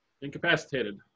incapacitated